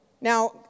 now